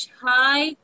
hi